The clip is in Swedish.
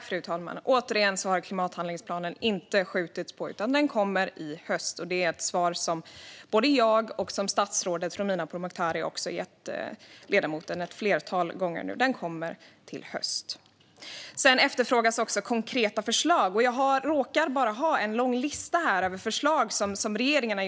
Fru talman! Återigen: Det har inte skjutits på klimathandlingsplanen, utan den kommer i höst. Det är också ett svar som både jag och statsrådet Romina Pourmokhtari har gett ledamoten ett flertal gånger nu. Den kommer i höst. Sedan efterfrågas konkreta förslag, och jag råkar ha en lång lista med förslag hittills från regeringen.